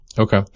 Okay